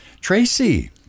Tracy